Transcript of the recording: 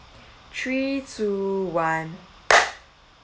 three two one